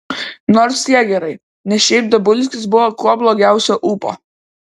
nors tiek gerai nes šiaip dabulskis buvo kuo blogiausio ūpo